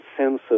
sensors